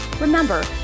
Remember